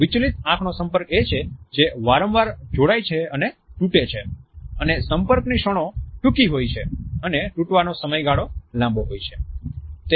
વિચલિત આંખનો સંપર્ક એ છે જે વારંવાર જોડાઈ છે અને તૂટે છે અને સંપર્કની ક્ષણો ટૂંકી હોય છે અને તૂટવાનો સમય ગાળો લાંબો હોય છે